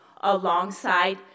alongside